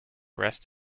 rest